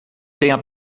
tenha